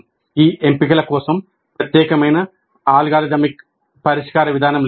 ఈ ఎంపికల కోసం ప్రత్యేకమైన అల్గోరిథమిక్ పరిష్కార విధానం లేదు